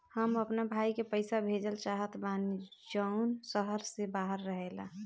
हम अपना भाई के पइसा भेजल चाहत बानी जउन शहर से बाहर रहेला